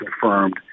confirmed